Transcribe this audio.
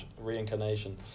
reincarnation